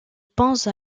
pense